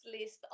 list